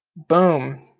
boom,